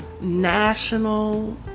national